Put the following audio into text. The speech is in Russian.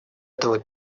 этого